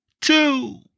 two